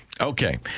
Okay